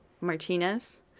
Martinez